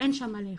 שאין שם מה לאכול.